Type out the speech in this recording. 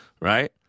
right